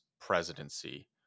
presidency